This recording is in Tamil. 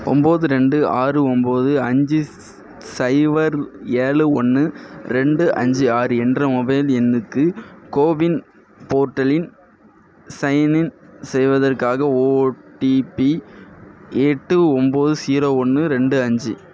ஒம்பது ரெண்டு ஆறு ஒம்பது அஞ்சு ஸ் சைபர் ஏழு ஒன்று ரெண்டு அஞ்சு ஆறு என்ற மொபைல் எண்ணுக்கு கோவின் போர்ட்டலில் சைன்இன் செய்வதற்காக ஓடிபி எட்டு ஒம்பது ஸீரோ ஒன்று ரெண்டு அஞ்சு